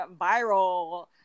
viral